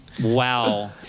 wow